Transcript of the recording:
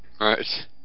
Right